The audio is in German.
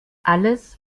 alles